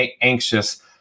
anxious